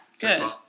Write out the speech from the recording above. good